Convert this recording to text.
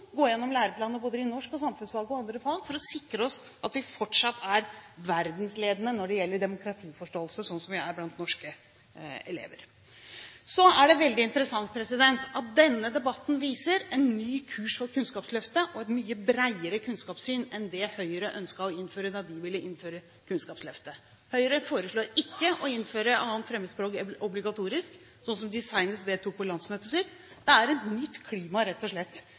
gå gjennom læreplanen både i norsk og samfunnsfag og andre fag for å sikre oss at vi fortsatt er verdensledende når det gjelder demokratiforståelse, sånn som vi er blant norske elever. Så er det veldig interessant at denne debatten viser en ny kurs for Kunnskapsløftet og et mye bredere kunnskapssyn enn det Høyre ønsket å innføre da de ville innføre Kunnskapsløftet. Høyre foreslår ikke å innføre obligatorisk 2. fremmedspråk, som de senest vedtok på landsmøtet sitt. Det er et nytt klima, rett og slett,